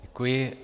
Děkuji.